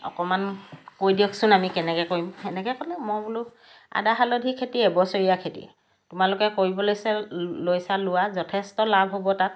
অকণমান কৈ দিয়কচোন আমি কেনেকৈ কৰিম সেনেকৈ ক'লে মই বোলো আদা হালধিৰ খেতি এবছৰীয়া খেতি তোমালোকে কৰিবলৈ লৈছা লোৱা যথেষ্ট লাভ হ'ব তাত